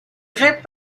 raie